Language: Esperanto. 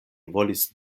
volis